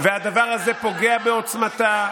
והדבר הזה פוגע בעוצמתה,